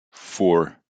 four